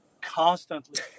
constantly